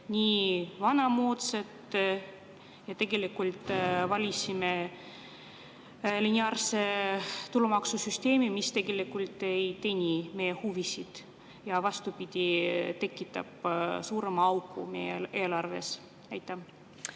nii vanamoodsad, et valisime lineaarse tulumaksusüsteemi, mis tegelikult ei teeni meie huvisid, vaid vastupidi, tekitab suurema augu meie eelarvesse. Aitäh!